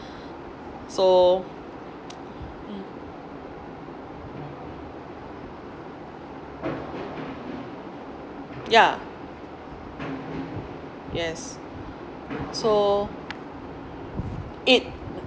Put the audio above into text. so mm yeah yes so it